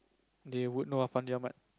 they would know ah Fandi-Ahmad